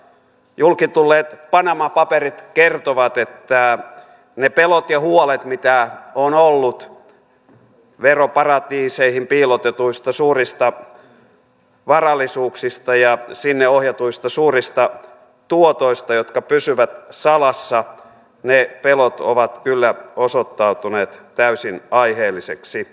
julki tulleet panama paperit kertovat että ne pelot ja huolet mitä on ollut veroparatiiseihin piilotetuista suurista varallisuuksista ja sinne ohjatuista suurista tuotoista jotka pysyvät salassa ovat kyllä osoittautuneet täysin aiheellisiksi